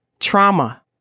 trauma